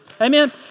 Amen